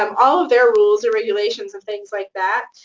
um all of their rules and regulations and things like that,